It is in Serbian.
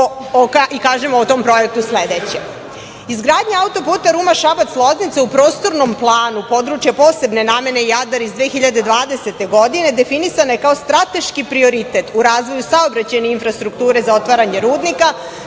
i kažemo o tom projektu sledeće. Izgradnja auto puta Ruma Šabac, Loznica u prostornom planu područja posebne namene Jadar iz 2020. godine, definisana je kao strateški prioritet u razvoju saobraćajne infrastrukture za otvaranje rudnika,